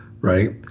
Right